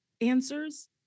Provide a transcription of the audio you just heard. answers